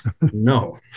No